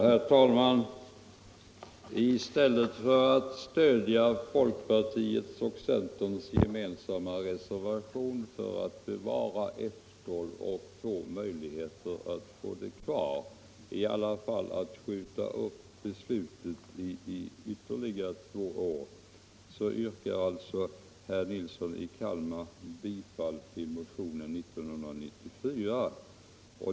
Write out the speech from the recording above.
Herr talman! I stället för att stödja folkpartiets och centerns gemensamma reservation för att bevara F 12 eller i varje fall skjuta upp ett nedläggningsbeslut i två år yrkar alltså herr Nilsson i Kalmar bifall till motionen 1994.